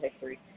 history